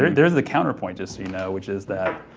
bailey there is the counterpoint, just so you know, which is that,